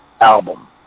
album